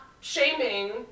shaming